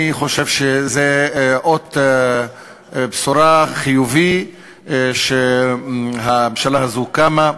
אני חושב שזאת בשורה חיובית שהממשלה הזאת קמה,